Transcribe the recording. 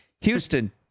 Houston